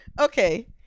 Okay